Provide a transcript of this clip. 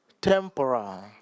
Temporal